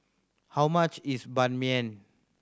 how much is Ban Mian